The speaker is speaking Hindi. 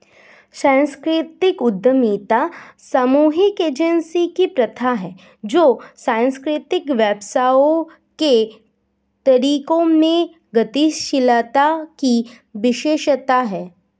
सांस्कृतिक उद्यमिता सामूहिक एजेंसी की प्रथा है जो सांस्कृतिक व्यवसायों के तरीकों में गतिशीलता की विशेषता है